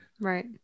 Right